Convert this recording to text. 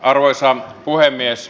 arvoisa puhemies